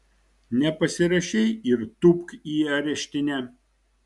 nepasirašei ir tūpk į areštinę